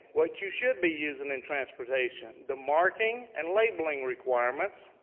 what you should be using in transportation, the marking, and labeling requirements,